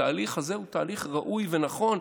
התהליך הזה הוא תהליך ראוי ונכון.